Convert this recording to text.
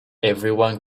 everyone